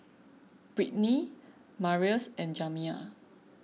Britney Marius and Jamiya